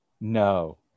No